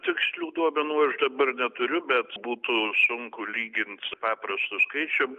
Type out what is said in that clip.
tikslių duomenų aš dabar neturiu bet būtų sunku lygint su paprastu skaičium